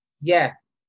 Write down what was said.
Yes